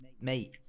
mate